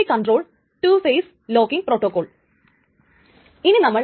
ഈ time stamp ordering protocol lock free ആണ്